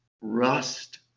rust